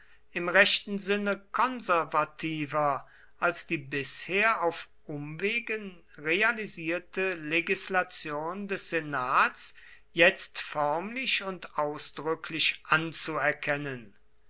im rechten sinne konservativer als die bisher auf umwegen realisierte legislation des senats jetzt förmlich und ausdrücklich anzuerkennen